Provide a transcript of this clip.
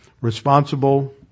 Responsible